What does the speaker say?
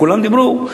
כולם דיברו.